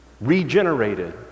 regenerated